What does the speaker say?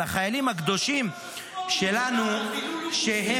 על החיילים הקדושים שלנו -- מה שעבר